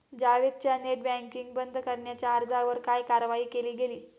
जावेदच्या net banking बंद करण्याच्या अर्जावर काय कारवाई केली गेली?